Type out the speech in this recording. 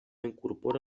incorpora